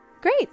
Great